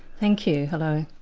thank you, hello.